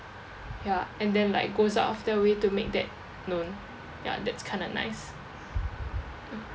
ya and then like goes out of their way to make that known ya that's kind of nice